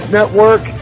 Network